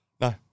No